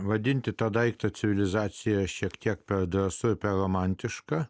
vadinti tą daiktą civilizacija šiek tiek per drąsu apie romantišką